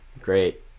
great